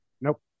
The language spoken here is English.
Nope